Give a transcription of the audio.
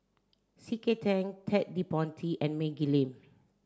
C K Tang Ted De Ponti and Maggie Lim